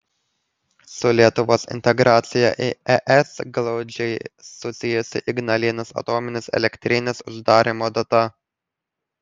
su lietuvos integracija į es glaudžiai susijusi ignalinos atominės elektrinės uždarymo data